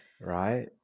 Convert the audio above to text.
Right